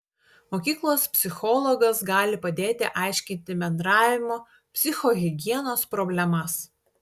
mokyklos psichologas gali padėti aiškinti bendravimo psichohigienos problemas